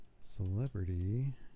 Celebrity